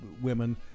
women